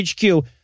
HQ